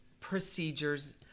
procedures